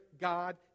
God